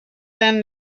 then